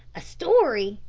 a story?